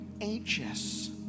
anxious